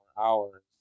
hours